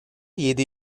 yedi